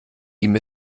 ihm